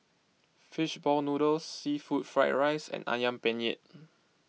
Fish Ball Noodles Seafood Fried Rice and Ayam Penyet